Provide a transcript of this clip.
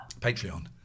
Patreon